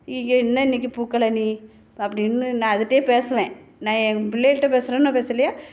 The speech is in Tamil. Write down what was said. ஐயய்யோ என்ன இன்றைக்கு பூக்கலை நீ அப்படின்னு நான் அதுகிட்டையே பேசுவேன் நான் என் பிள்ளைகள்கிட்ட பேசுகிறேனோ பேசுலேயோ